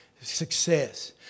success